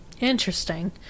Interesting